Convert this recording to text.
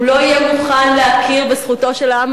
הוא לא יהיה מוכן להכיר בזכותו של העם